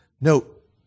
Note